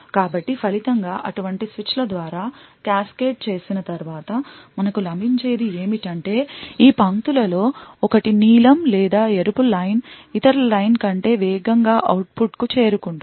కాబట్టి ఫలితంగా అటువంటి స్విచ్ల ద్వారా క్యాస్కేడ్ చేసిన తర్వాత మనకు లభించేది ఏమిటంటే ఈ పంక్తులలో ఒకటి నీలం లేదా ఎరుపు లైన్ ఇతర లైన్ కంటే వేగంగా అవుట్పుట్కు చేరుకుంటుంది